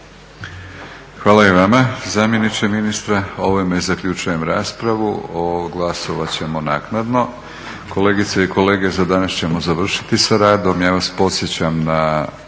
Hvala i vama zamjeniče ministra. Ovime zaključujem raspravu, glasovat ćemo naknadno. Kolegice i kolege za danas ćemo završiti sa radom. Ja vas podsjećam na